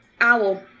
Owl